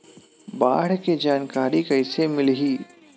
बाढ़ के जानकारी कइसे मिलही?